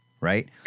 right